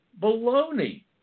Baloney